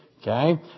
Okay